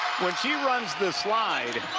when she runs the slide,